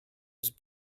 was